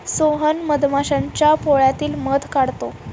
सोहन मधमाश्यांच्या पोळ्यातील मध काढतो